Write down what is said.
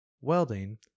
Welding